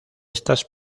estas